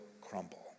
crumble